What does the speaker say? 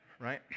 right